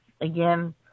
Again